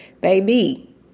baby